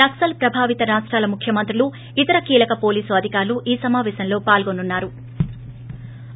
నక్సల్ ప్రభావిత రాష్టాల ముఖ్యమంత్రులు ఇతర కీలక పోలీసు అధికారులు ఈ సమాపేశంలో పాల్గొంటారు